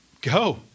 Go